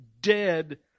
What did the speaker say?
dead